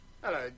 Hello